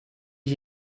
ich